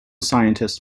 scientists